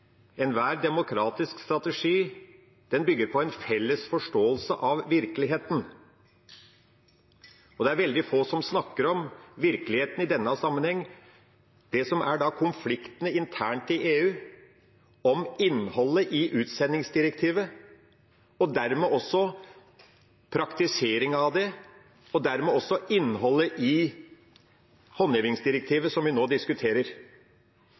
Enhver demokratisk strategi bygger på en felles forståelse av virkeligheten. Det er veldig få som snakker om virkeligheten i denne sammenheng. Det som det er konflikt om internt i EU, er innholdet i utsendingsdirektivet og dermed også praktisering av det – og dermed også innholdet i håndhevingsdirektivet, som vi nå diskuterer.